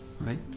Right